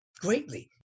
greatly